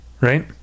right